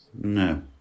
No